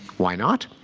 why not?